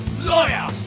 Lawyer